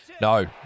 No